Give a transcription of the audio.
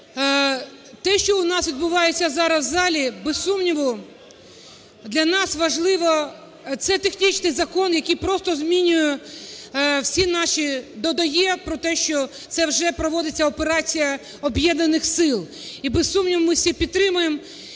Те, що у нас відбувається зараз в залі, без сумніву, для нас важливо... це технічний закон, який просто змінює всі наші… додає про те, що це вже проводиться операція Об'єднаних сил і, без сумніву, ми всі підтримуємо.